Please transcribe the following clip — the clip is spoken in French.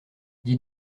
dis